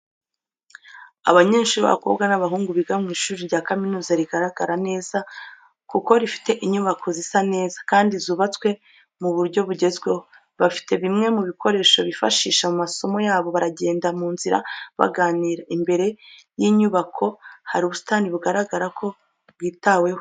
Abanyeshuri b'abakobwa n'abahungu biga mu ishuri rya kaminuza rigaragara neza kuko rifite inyubako zisa neza, kandi zubatswe mu buryo bugezweho, bafite bimwe mu bikoresho bifashisha mu masomo yabo baragenda mu nzira baganira, imbere y'inyubako hari ubusitani bugaragara ko bwitaweho.